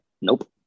nope